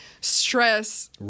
stress